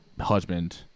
husband